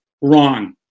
wrong